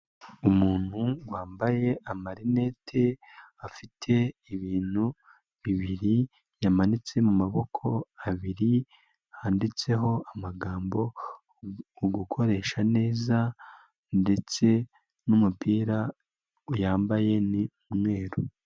Umuntu wambaye amarinete afite ibintu bibiri yamanitse mu maboko abiri, handitseho amagambo ugukoresha neza ndetse n'umupira yambaye ni umweru.